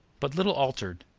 but little altered,